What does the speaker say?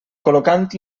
col·locant